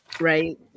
Right